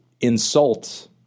insult